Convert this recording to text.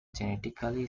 genetically